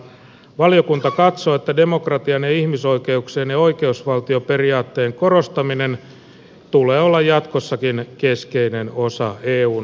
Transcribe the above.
valiokunta katsoo että demokratian ja ihmisoikeuksien ja oikeusvaltioperiaatteen korostamisen tulee olla jatkossakin keskeinen osa eun ulkoista toimintaa